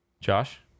Josh